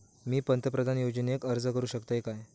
मी पंतप्रधान योजनेक अर्ज करू शकतय काय?